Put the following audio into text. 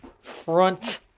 front